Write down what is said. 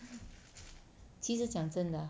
其实讲真的